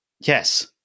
Yes